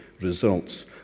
results